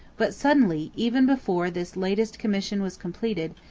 but suddenly, even before this latest commission was completed,